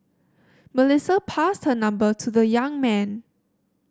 Melissa passed her number to the young man